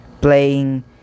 playing